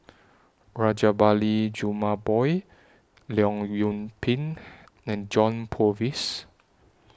Rajabali Jumabhoy Leong Yoon Pin and John Purvis